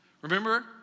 Remember